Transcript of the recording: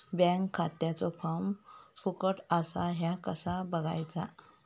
Bank खात्याचो form फुकट असा ह्या कसा बगायचा?